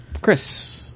Chris